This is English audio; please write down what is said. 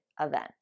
event